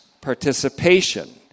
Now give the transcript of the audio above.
participation